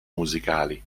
musicali